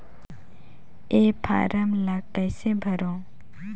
ये फारम ला कइसे भरो?